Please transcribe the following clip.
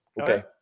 okay